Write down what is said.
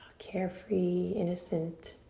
carefree, innocent.